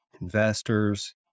investors